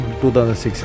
2006